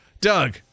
Doug